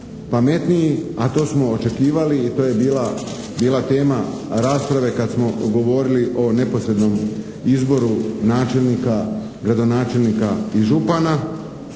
pametniji a to smo očekivali i to je bila cijela tema rasprave kad smo govorili o neposrednom izboru načelnika, gradonačelnika i župana